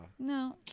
No